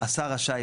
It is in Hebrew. השר רשאי,